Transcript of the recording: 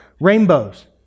rainbows